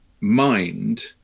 mind